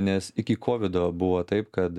nes iki kovido buvo taip kad